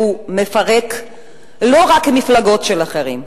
שמפרק לא רק מפלגות של אחרים,